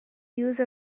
use